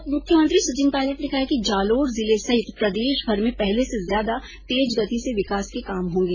उप मुख्यमंत्री सचिन पायलट ने कहा कि जालोर जिले सहित प्रदेशभर में पहले से ज्यादा तेज गति से विकास के काम होंगे